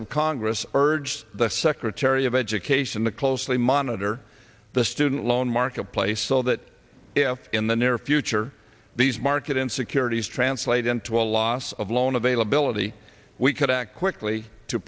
of congress urged the secretary of education to closely monitor the student loan marketplace so that if in the near future these market insecurities translate into a loss of loan availability we could act quickly to